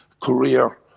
career